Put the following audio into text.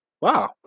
Wow